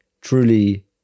truly